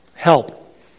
help